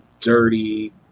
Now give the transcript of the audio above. dirty